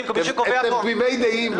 תמימי דעים בהרבה נושאים.